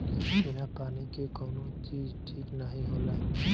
बिना पानी के कउनो चीज ठीक नाही होला